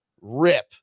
rip